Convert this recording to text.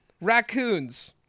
raccoons